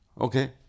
Okay